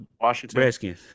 Washington